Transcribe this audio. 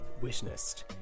witnessed